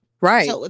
Right